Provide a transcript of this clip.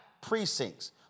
precincts